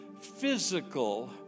physical